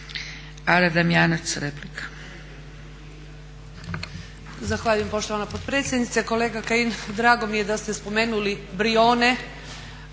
**Damjanac, Ada (SDP)** Zahvaljujem poštovana potpredsjednice. Kolega Kajin, drago mi je da ste spomenuli Brijone